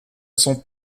sont